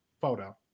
photo